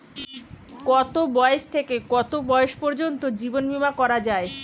কতো বয়স থেকে কত বয়স পর্যন্ত জীবন বিমা করা যায়?